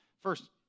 First